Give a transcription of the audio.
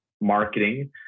marketing